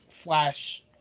flash